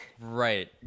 Right